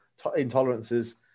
intolerances